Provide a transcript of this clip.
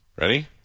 Ready